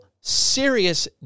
serious